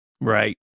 Right